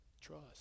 trust